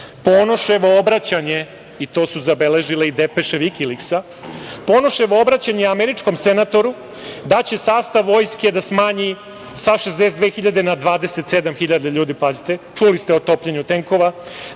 Ponoševo obraćanje i to su zabeležile i depeše „Vikiliksa“, Ponoševo obraćanje je američkom senatoru da će sastav vojske da smanji sa 62.000 na 27.000 ljudi, pazite, čuli ste o topljenju tenkova,